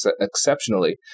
exceptionally